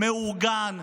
מאורגן,